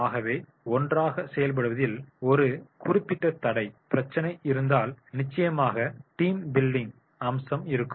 ஆகவே ஒன்றாகச் செயல்படுவதில் ஒரு குறிப்பிட்ட தடை பிரச்சினை இருந்தால் நிச்சயமாக டீம் பில்டிஂங் அம்சம் இருக்கும்